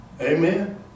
Amen